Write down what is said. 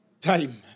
Time